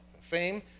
Fame